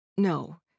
No